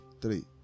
Three